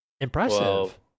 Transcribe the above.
impressive